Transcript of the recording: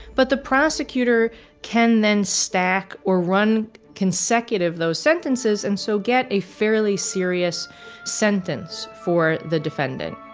but the prosecutor can then stack or run consecutive those sentences and so get a fairly serious sentence for the defendant